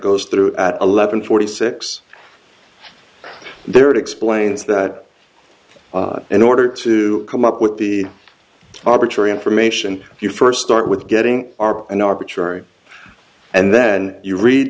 goes through at eleven forty six there it explains that in order to come up with the arbitrary information you first start with getting are an arbitrary and then you read